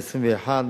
ל-21,